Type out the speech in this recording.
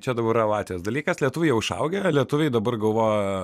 čia dabar yra latvijos dalykas lietuviai jau išaugę lietuviai dabar galvoja